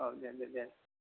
औ दे दे दे